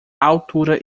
altura